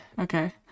okay